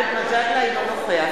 אינו נוכח